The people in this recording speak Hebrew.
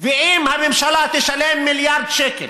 ואם הממשלה תשלם מיליארד שקל